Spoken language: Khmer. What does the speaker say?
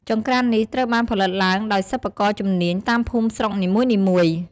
ចង្ក្រាននេះត្រូវបានផលិតឡើងដោយសិប្បករជំនាញតាមភូមិស្រុកនីមួយៗ។